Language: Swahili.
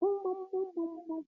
bum bum .